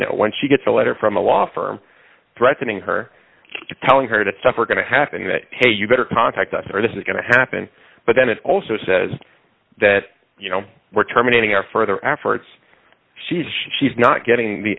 know when she gets a letter from a law firm threatening her telling her that stuff are going to happen that hey you better contact us or this is going to happen but then it also says that you know we're terminating our further efforts she's she's not getting the